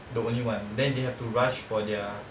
the only one then they have to rush for their